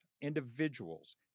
individuals